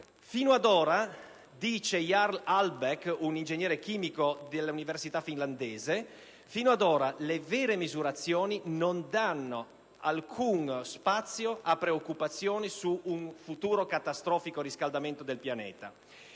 «Fino ad ora», dice Jarl Ahlbeck, un ingegnere chimico dell'università finlandese Abo Akademi, «le vere misurazioni non danno alcuno spazio a preoccupazioni su un futuro catastrofico riscaldamento del pianeta».